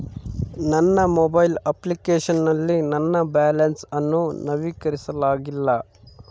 ನನ್ನ mobile application ನಲ್ಲಿ ನನ್ನ ಬ್ಯಾಲೆನ್ಸ್ ಅನ್ನು ನವೀಕರಿಸಲಾಗಿಲ್ಲ